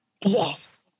Yes